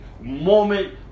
moment